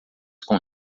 com